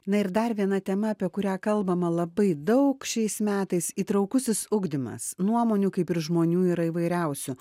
na ir dar viena tema apie kurią kalbama labai daug šiais metais įtraukusis ugdymas nuomonių kaip ir žmonių yra įvairiausių